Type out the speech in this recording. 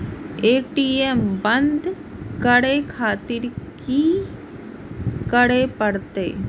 ATM बंद करें खातिर की करें परतें?